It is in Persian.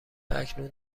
اکنون